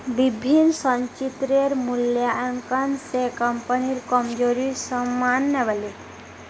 विभिन्न संचितेर मूल्यांकन स कम्पनीर कमजोरी साम न व ले